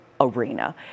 arena